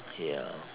ya